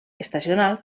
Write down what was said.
estacional